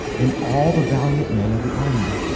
and all the valiant men of the army,